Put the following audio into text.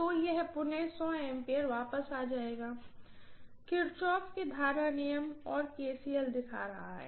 तो यह पुनः A वापस आ जाएगा किरचॉफ Kirchoff's के करंट नियम और KCL दिखा रहा है